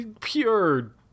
pure